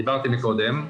דיברתי מקודם.